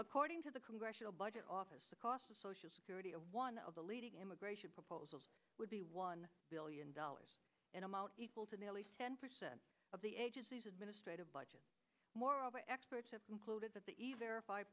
according to the congressional budget office the cost of social security of one of the leading immigration proposals would be one billion dollars an amount equal to nearly ten percent of the agency's administrative budget moreover experts have included that the